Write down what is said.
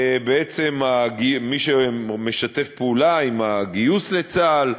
בעצם, מי שמשתף פעולה עם הגיוס לצה"ל,